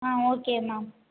ah okay ma'am